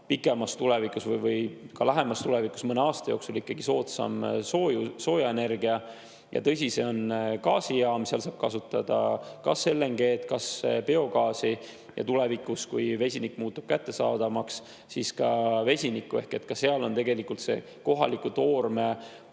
pikemas tulevikus või ka lähemas tulevikus, mõne aasta jooksul, soodsam soojaenergia. Ja tõsi, see on gaasijaam, seal saab kasutada kas LNG-d või biogaasi ja tulevikus, kui vesinik muutub kättesaadavamaks, siis ka vesinikku. Aga seal on ka kohaliku toorme